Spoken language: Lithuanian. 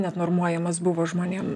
net normuojamas buvo žmonėm